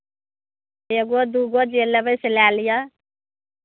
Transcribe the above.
एगो दूगो जे लेबै से लए लिअ